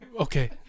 Okay